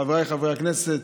חבריי חברי הכנסת,